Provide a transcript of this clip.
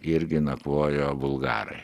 irgi nakvojo bulgarai